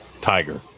tiger